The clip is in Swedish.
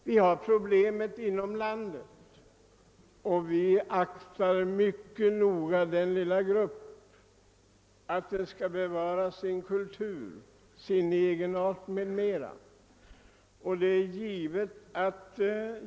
Vi har problemet i Sverige och är mycket noga med att denna lilla grupp skall kunna bevara sin kultur, sin egenart m.m.